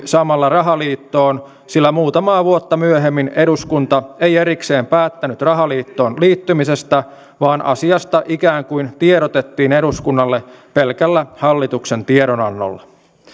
samalla rahaliittoon sillä muutamaa vuotta myöhemmin eduskunta ei erikseen päättänyt rahaliittoon liittymisestä vaan asiasta ikään kuin tiedotettiin eduskunnalle pelkällä hallituksen tiedon annolla